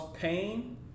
pain